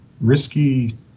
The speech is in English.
risky